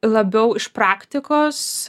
labiau iš praktikos